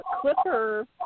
Clipper